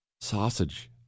Sausage